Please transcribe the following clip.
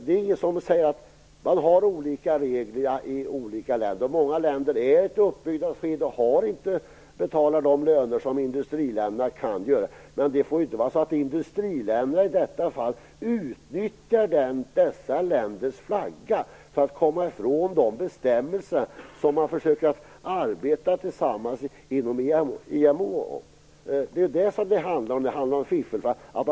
Olika länder har olika regler, och många länder är i ett uppbyggnadsskede och kan inte betala de löner som man kan betala i industriländerna. Men det får inte vara så att industriländer då utnyttjar dessa länders flagga för att komma ifrån de bestämmelser som man tillsammans försöker utarbeta. Det är det som detta med fiffelflagg handlar om.